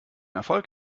erfolg